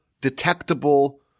detectable